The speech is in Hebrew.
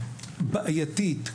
היא בעייתית,